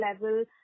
level